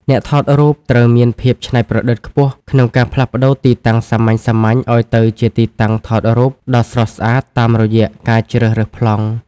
អ្នកថតរូបត្រូវមានភាពច្នៃប្រឌិតខ្ពស់ក្នុងការផ្លាស់ប្តូរទីតាំងសាមញ្ញៗឱ្យទៅជាទីតាំងថតរូបដ៏ស្រស់ស្អាតតាមរយៈការជ្រើសរើសប្លង់។